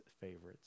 favorites